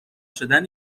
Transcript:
شدن